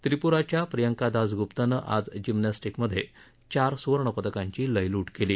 त्रिप्राच्या प्रियंका दास ग्प्तानं आज जिम्नफ्टीकमधे चार स्वर्णपदकांची लयलूट केली